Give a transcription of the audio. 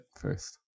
first